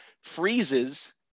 freezes